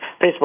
Facebook